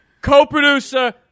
Co-producer